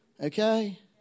Okay